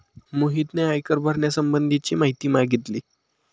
मोहितने आयकर भरण्यासंबंधीची माहिती मागितली